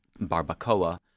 barbacoa